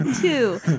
two